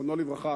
זיכרונו לברכה,